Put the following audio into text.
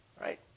Right